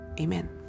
amen